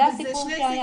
זה הסיכום שהיה.